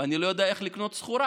ואני לא יודע איך לקנות סחורה.